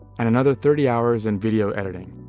and another thirty hours in video editing.